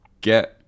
get